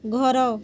ଘର